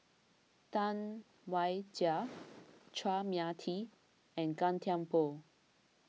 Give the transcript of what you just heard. Tam Wai Jia Chua Mia Tee and Gan Thiam Poh